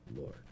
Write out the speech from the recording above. Lord